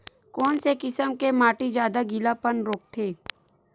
कोन से किसम के माटी ज्यादा गीलापन रोकथे?